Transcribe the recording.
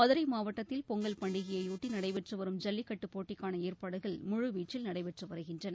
மதுரை மாவட்டத்தில் பொங்கல் பண்டிகையையொட்டி நடைபெற்று வரும் ஐல்லிக் கட்டு போட்டிக்கான ஏற்பாடுகள் முழுவீச்சில் நடைபெற்று வருகின்றன